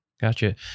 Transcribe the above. Gotcha